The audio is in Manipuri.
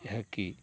ꯑꯩꯍꯥꯛꯀꯤ